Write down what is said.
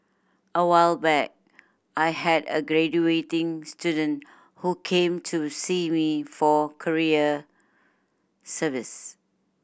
a while back I had a graduating student who came to see me for career service